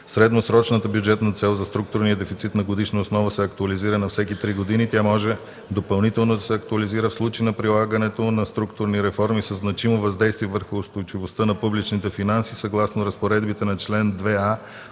Средносрочната бюджетна цел за структурния дефицит на годишна основа се актуализира на всеки три години. Тя може допълнително да се актуализира в случай на прилагането на структурни реформи със значимо въздействие върху устойчивостта на публичните финанси, съгласно разпоредбите на чл. 2а